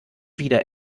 wieder